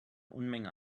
unmenge